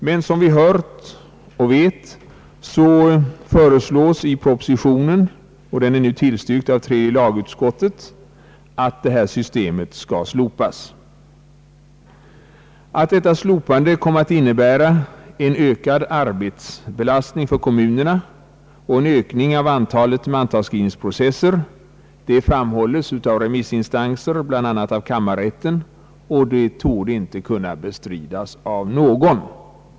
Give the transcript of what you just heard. Såsom vi hört och vet föreslås i propositionen, som tillstyrkts av tredje lagutskottet, att detta system skall slopas. Att detta slopande kommer att inbära en ökad arbetsbelastning för kommunerna och en ökning av antalet mantalsskrivningsprocesser framhålles av en del remissinstanser, bl.a. kammarrätten. Detta förhållande torde inte kunna bestridas av någon.